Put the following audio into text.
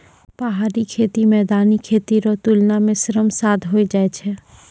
पहाड़ी खेती मैदानी खेती रो तुलना मे श्रम साध होय जाय छै